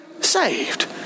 saved